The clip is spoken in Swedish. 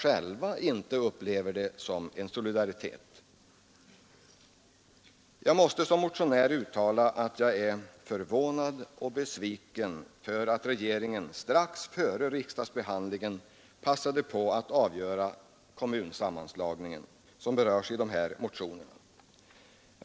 Jag måste som motionär uttala att jag är förvånad och besviken över att regeringen strax före riksdagsbehandlingen passade på att besluta om den kommunsammanläggning som berörts i dessa motioner.